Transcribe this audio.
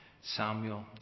Samuel